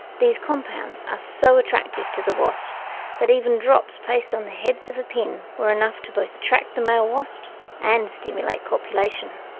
these compounds are so attractive to the wasps that even drops placed on the heads of a pin were enough to both attract the male wasps, and stimulate copulation.